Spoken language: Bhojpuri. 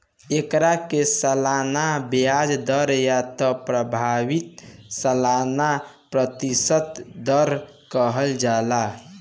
एकरा के सालाना ब्याज दर या त प्रभावी सालाना प्रतिशत दर कहल जाला